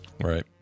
Right